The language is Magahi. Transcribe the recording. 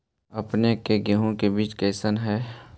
अपने के गेहूं के बीज कैसन है?